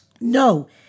No